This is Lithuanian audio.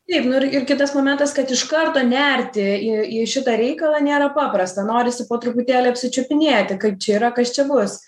taip nu ir ir kitas momentas kad iš karto nerti į į šitą reikalą nėra paprasta norisi po truputėlį apsičiupinėti kaip čia yra kas čia bus